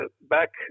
Back